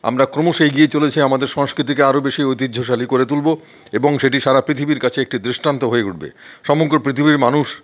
আমরা ক্রমশ এগিয়ে চলেছি আমাদের সংস্কৃতিকে আরও বেশি ঐতিহ্যশালী করে তুলবো এবং সেটি সারা পৃথিবীর কাছে একটি দৃষ্টান্ত হয়ে উঠবে সমগ্র পৃথিবীর মানুষ